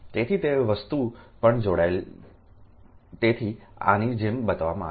તેથી તે વસ્તુ પણ જોડાયેલ તેથી આની જેમ બતાવવામાં આવ્યું